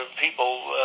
people